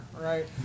right